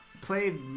played